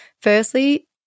Firstly